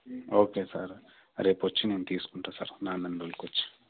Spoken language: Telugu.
ఓకే సార్ రేపొచ్చి నేను తీసుకుంటా సార్ నాన్నని తోలుకొచ్చి